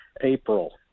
April